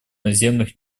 наземных